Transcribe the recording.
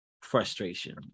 frustration